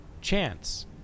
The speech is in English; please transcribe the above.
Chance